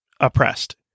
oppressed